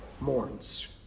mourns